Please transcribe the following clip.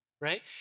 right